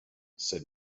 said